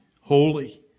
holy